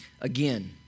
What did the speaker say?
again